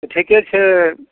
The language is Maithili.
तऽ ठीके छै